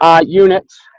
units